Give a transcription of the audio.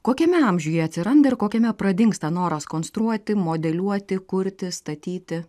kokiame amžiuje atsiranda ir kokiame pradingsta noras konstruoti modeliuoti kurti statyti